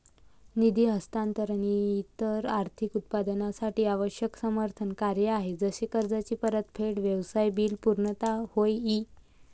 निधी हस्तांतरण इतर आर्थिक उत्पादनांसाठी आवश्यक समर्थन कार्य आहे जसे कर्जाची परतफेड, व्यवसाय बिल पुर्तता होय ई